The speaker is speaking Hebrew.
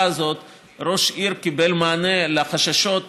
הזאת ראש העיר קיבל מענה לחששות המוצדקים,